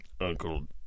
Uncle